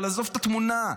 אבל עזוב את התמונה,